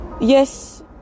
Yes